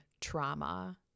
trauma